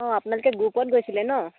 অঁ আপোনালোকে গ্ৰুপত গৈছিলে ন